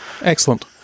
excellent